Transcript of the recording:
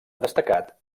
destacat